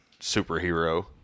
superhero